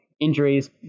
injuries